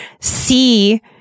see